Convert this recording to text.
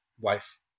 wife